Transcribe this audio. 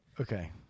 Okay